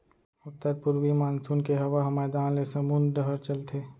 उत्तर पूरवी मानसून के हवा ह मैदान ले समुंद डहर चलथे